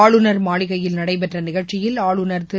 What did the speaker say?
ஆளுநர் மாளிகையில் நடைபெற்ற நிகழ்ச்சியில் ஆளுநர் திரு